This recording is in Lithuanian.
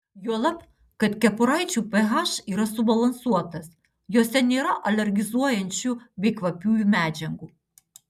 juolab kad kepuraičių ph yra subalansuotas jose nėra alergizuojančių bei kvapiųjų medžiagų